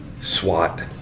SWAT